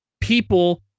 people